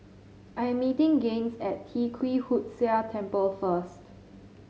I'm meeting Gaines at Tee Kwee Hood Sia Temple first